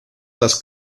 las